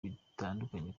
bitandukanye